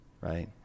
right